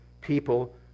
people